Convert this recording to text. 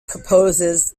proposes